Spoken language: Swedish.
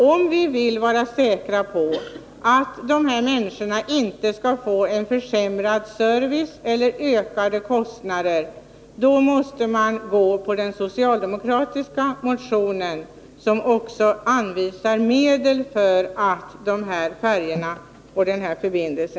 Om vi vill vara säkra på att de här människorna inte skall få en försämrad service eller ökade kostnader, då måste vi gå på den socialdemokratiska motionen, som också anvisar medel för att bibehålla denna förbindelse.